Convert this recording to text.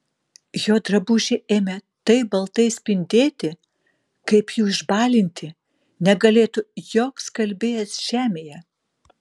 jo drabužiai ėmė taip baltai spindėti kaip jų išbalinti negalėtų joks skalbėjas žemėje